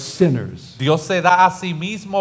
sinners